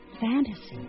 Fantasy